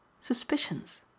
Suspicions